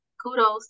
kudos